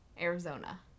Arizona